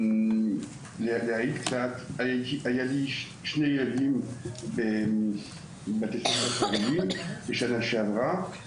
לי אישית היו שני ילדים בבתי ספר חרדיים בשנה שעברה.